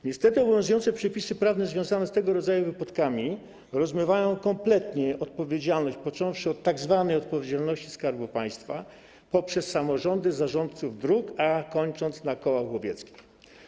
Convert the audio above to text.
Niestety obowiązujące przepisy prawne związane z tego rodzaju wypadkami rozmywają kompletnie odpowiedzialność, począwszy od tzw. odpowiedzialności Skarbu Państwa, poprzez samorządy, zarządców dróg, a kończąc na kołach łowieckich.